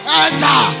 enter